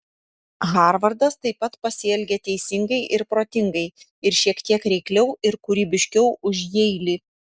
harvardas taip pat pasielgė teisingai ir protingai ir šiek tiek reikliau ir kūrybiškiau už jeilį